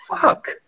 fuck